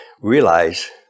realize